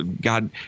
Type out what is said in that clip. God